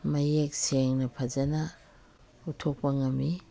ꯃꯌꯦꯛ ꯁꯦꯡꯅ ꯐꯖꯅ ꯄꯨꯊꯣꯛꯄ ꯉꯝꯃꯤ